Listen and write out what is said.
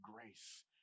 grace